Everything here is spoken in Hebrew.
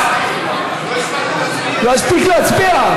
לא הספיק להצביע?